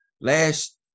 last –